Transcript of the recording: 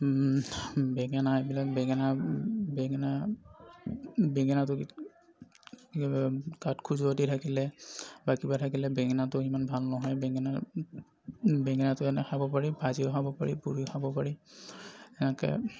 বেঙেনা এইবিলাক বেঙেনা বেঙেনা বেঙেনাটো গাত খজুৱতি থাকিলে বা কিবা থাকিলে বেঙেনাটো সিমান ভাল নহয় বেঙেনা বেঙেনাটো এনেই খাব পাৰি ভাজিও খাব পাৰি পুৰিও খাব পাৰি এনেকৈ